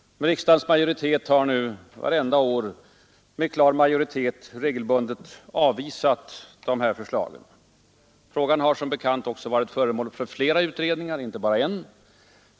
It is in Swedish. Men riksdagen har med klar majoritet regelbundet avvisat dessa förslag. Frågan har som bekant också varit föremål för inte bara en utan flera utredningar.